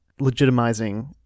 legitimizing